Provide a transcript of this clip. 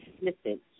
Listen